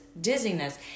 dizziness